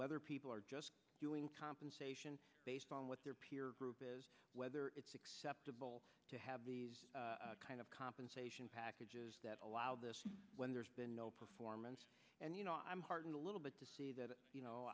whether people are just doing compensation based on what their peer group is whether it's acceptable to have the kind of compensation packages that allow this when there's been no performance and you know i'm heartened a little bit to see that you know